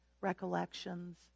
recollections